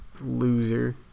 loser